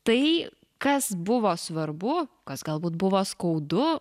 tai kas buvo svarbu kas galbūt buvo skaudu